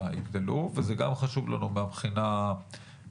יגדלו וזה גם חשוב לנו מהבחינה הסביבתית,